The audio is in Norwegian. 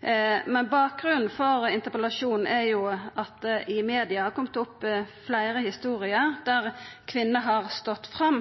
Bakgrunnen for interpellasjonen er at det i media har kome opp fleire historier der kvinner har stått fram